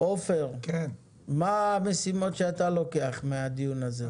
עופר, מה המשימות שאתה לוקח מהדיון הזה?